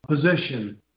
position